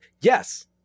Yes